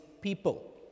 people